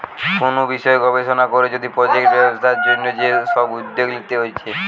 কুনু বিষয় গবেষণা কোরে যদি প্রজেক্ট ব্যবসার জন্যে যে সব উদ্যোগ লিতে হচ্ছে